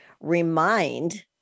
remind